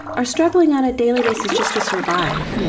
are struggling on a daily basis just to survive yeah